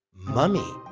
mummy